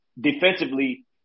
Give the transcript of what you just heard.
defensively